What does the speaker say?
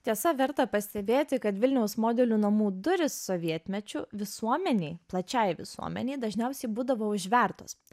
tiesa verta pastebėti kad vilniaus modelių namų durys sovietmečiu visuomenei plačiai visuomenei dažniausiai būdavo užvertos